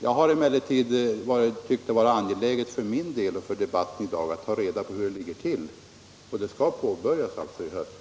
Jag har emellertid ansett det vara angeläget att för debatten i dag ta reda på hur det ligger till. Arbetet skall påbörjas i höst.